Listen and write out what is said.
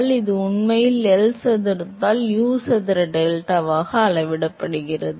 எனவே இது உண்மையில் எல் சதுரத்தால் U சதுர டெல்டாவாக அளவிடப்படுகிறது